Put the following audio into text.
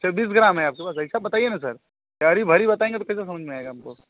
अच्छा बीस ग्राम है आपके पास ऐसा बताइए ना सर अरी भरी बताएँगे तो कैसे समझ में आएगा हमको